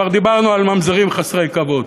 כבר דיברנו על ממזרים חסרי כבוד.